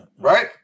Right